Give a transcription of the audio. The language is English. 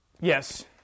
Yes